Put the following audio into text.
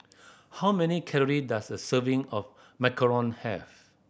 how many calorie does a serving of macaron have